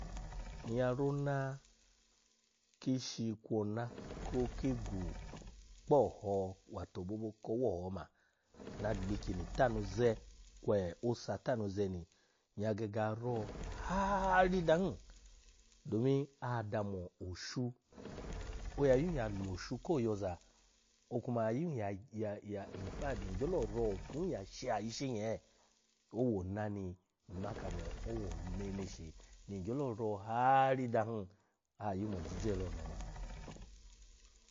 Nyya rona kishi kwo ona ki igwu kpo oho to obobo ko owoho oma, na agbi ikyini tanu ze kwo osa tanu ze ni, nyya gege ya ro ha-ri da hin domin adamo oshu. oya yun losho ko yoza okuma yun ya ya infact ngyolo ro out hin ya sha ishi nyee. Owo ona ni nma kamo owo neneshi da hin oya yumo ojije loni oma.